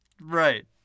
Right